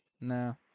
no